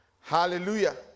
hallelujah